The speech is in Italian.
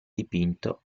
dipinto